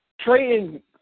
Trading